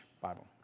Bible